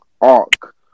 arc